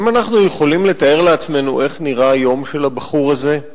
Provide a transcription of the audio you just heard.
האם אנחנו יכולים לתאר לעצמנו איך נראה היום של הבחור הזה?